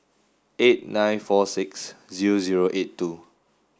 eight nine four six zero zero eight two